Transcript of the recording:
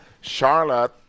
Charlotte